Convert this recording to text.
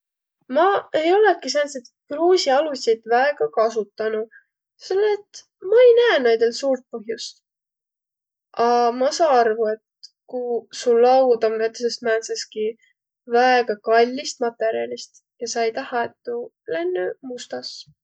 Maq ei olõkiq sääntsit kruusialussit väega kasutanuq, selle et ma-i näe naidõl suurt põhjust. A ma saa arvu, et kuq su laud om näütüses määntsestki väega kallist matõrjalist ja sa-i tahaq, et tuu lännüq mustas.